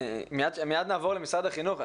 מייד נעבור למשרד החינוך.